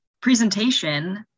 presentation